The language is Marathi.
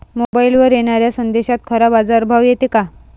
मोबाईलवर येनाऱ्या संदेशात खरा बाजारभाव येते का?